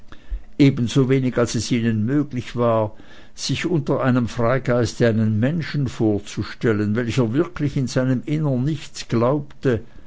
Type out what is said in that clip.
ebensowenig als es ihnen möglich war sich unter einem freigeiste einen menschen vorzustellen welcher wirklich in seinem innern nichts glaube